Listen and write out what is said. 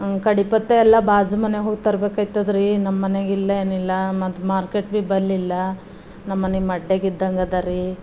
ಕಡೆ ಪಕ್ಷ ಎಲ್ಲ ಬಾಜು ಮನೆಗೋಗಿ ತರ್ಬೇಕಾಯ್ತದ್ರೀ ನಮ್ಮನೆಗಿಲ್ಲ ಏನಿಲ್ಲ ಮತ್ತು ಮಾರ್ಕೆಟ್ ಭೀ ಬಳಿಲ್ಲ ನಮ್ಮನೆಗೆ ಮಡ್ಡಗಿದ್ದಂಗೆ ಅದರೀ